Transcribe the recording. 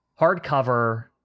hardcover